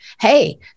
hey